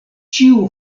ĉiu